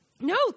No